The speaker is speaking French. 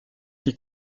qui